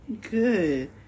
Good